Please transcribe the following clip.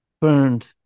Burned